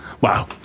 Wow